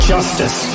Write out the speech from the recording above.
Justice